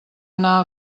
anar